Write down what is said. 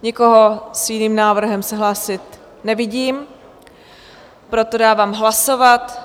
Nikoho s jiným návrhem se hlásit nevidím, proto dávám hlasovat